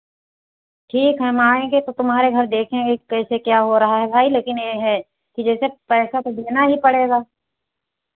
ठीक है हम आएंगे तो तुम्हारे घर देखेंगे कैसे क्या हो रहा है भाई लेकिन ये है कि जैसे पैसा तो देना ही पड़ेगा